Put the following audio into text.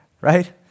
right